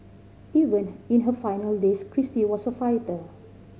even in her final days Kristie was a fighter